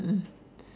mm mm